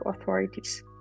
authorities